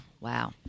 Wow